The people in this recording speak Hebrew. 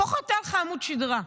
לפחות היה לך עמוד שדרה,